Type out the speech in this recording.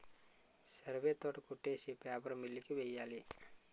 సరివే తోట కొట్టేసి paper mill కి వెయ్యాలి